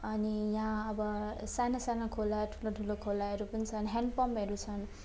अनि यहाँ अब साना साना खोला ठुलो ठुलो खोलाहरू पनि छन् ह्यान्डपम्पहरू छन्